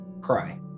cry